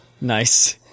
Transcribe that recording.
Nice